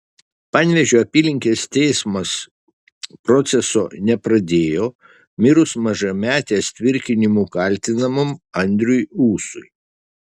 panevėžio apylinkės teismas proceso nepradėjo mirus mažametės tvirkinimu kaltinamam andriui ūsui